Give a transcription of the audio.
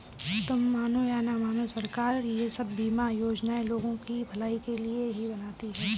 तुम मानो या न मानो, सरकार ये सब बीमा योजनाएं लोगों की भलाई के लिए ही बनाती है